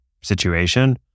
situation